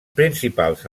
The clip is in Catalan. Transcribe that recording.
principals